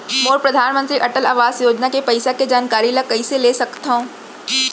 मोर परधानमंतरी अटल आवास योजना के पइसा के जानकारी ल कइसे ले सकत हो?